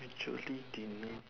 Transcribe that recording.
actually dinner